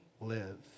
live